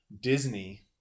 Disney